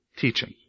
teaching